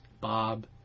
Bob